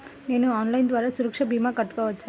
నేను ఆన్లైన్ ద్వారా సురక్ష భీమా కట్టుకోవచ్చా?